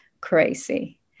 crazy